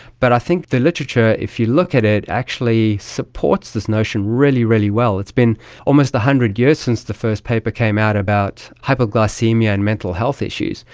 but i think the literature if you look at it actually supports this notion really, really well. it's been almost one hundred years since the first paper came out about hyperglycaemia and mental health issues.